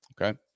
Okay